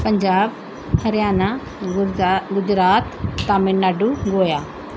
Punjab Haryana ਗੁਦਜਾ Gujarat Tamil Nadu Goa